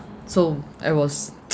so I was